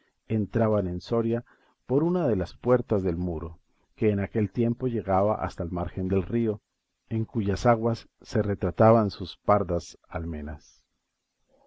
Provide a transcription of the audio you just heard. entraban en soria por una de las puertas del muro que en aquel tiempo llegaba hasta la margen del río en cuyas aguas se retrataban sus pardas almenas